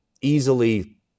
easily